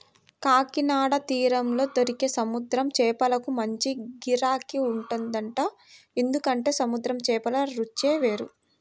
కాకినాడ తీరంలో దొరికే సముద్రం చేపలకు మంచి గిరాకీ ఉంటదంట, ఎందుకంటే సముద్రం చేపల రుచే వేరు